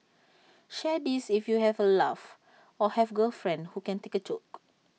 share this if you had A laugh or have girlfriend who can take A joke